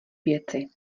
věci